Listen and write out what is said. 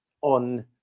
on